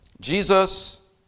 Jesus